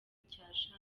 icyasha